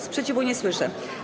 Sprzeciwu nie słyszę.